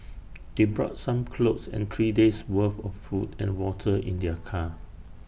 they brought some clothes and three days' worth of food and water in their car